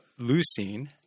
leucine